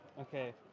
Okay